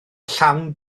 llawn